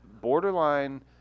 borderline